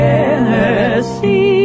Tennessee